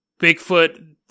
Bigfoot